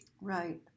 right